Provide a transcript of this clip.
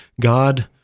God